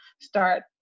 start